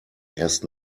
erst